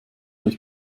euch